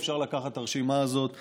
אפשר לקחת את הרשימה הזאת לאין-סוף,